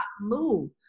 move